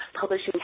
publishing